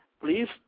please